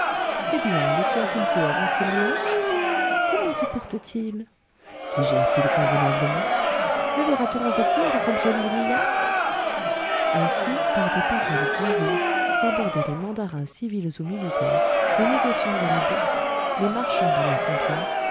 eh bien le sieur kin fo avance t il en âge comment se porte-t-il digère t il convenablement le verra-t-on revêtir la robe jaune des vieillards ainsi par des paroles gouailleuses s'abordaient les mandarins civils ou militaires les négociants à la bourse les marchands dans leurs comptoirs